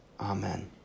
Amen